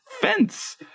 fence